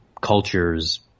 cultures